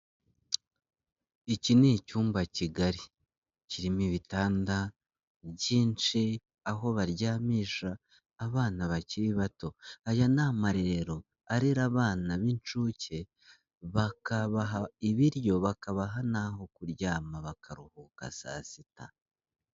Iki ni icyumba kigari, kirimo ibitanda byinshi, aho baryamisha abana bakiri bato, aya ni amarerero arera abana b'incuke bakabaha ibiryo, bakabaha n'aho kuryama bakaruhuka saa sita.